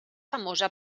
famosa